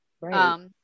right